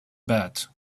bed